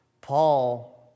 Paul